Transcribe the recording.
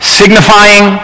signifying